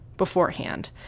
beforehand